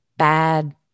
Bad